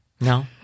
no